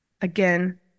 again